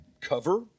cover